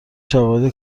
شواهد